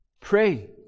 Pray